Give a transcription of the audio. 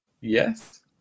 Yes